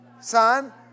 Son